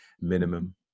minimum